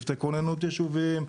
צוותי כוננות ישוביים,